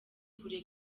kure